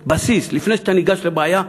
בסיס: לפני שאתה ניגש לבעיה,